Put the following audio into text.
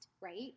right